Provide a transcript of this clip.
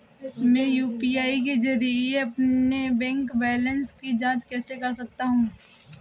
मैं यू.पी.आई के जरिए अपने बैंक बैलेंस की जाँच कैसे कर सकता हूँ?